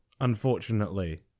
unfortunately